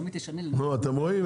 אתם רואים?